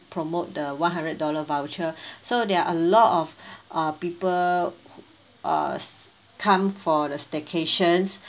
promote the one hundred dollar voucher so there are a lot of uh people uh come for the staycations